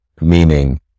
Meaning